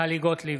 טלי גוטליב,